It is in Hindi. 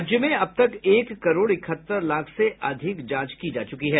राज्य में अब तक एक करोड़ इकहत्तर लाख से अधिक जांच की जा चुकी हैं